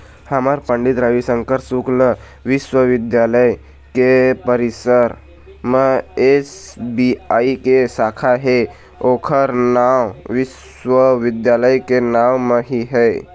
हमर पंडित रविशंकर शुक्ल बिस्वबिद्यालय के परिसर म एस.बी.आई के साखा हे ओखर नांव विश्वविद्यालय के नांव म ही है